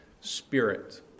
spirit